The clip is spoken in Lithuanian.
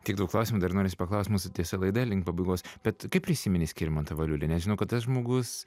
tiek daug klausimų dar norisi paklaust mūsų tiesa laida link pabaigos bet kaip prisimeni skirmantą valiulį nes žinau kad tas žmogus